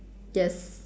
yes